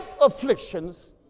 afflictions